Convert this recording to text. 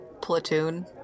platoon